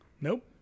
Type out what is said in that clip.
Nope